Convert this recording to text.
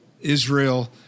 Israel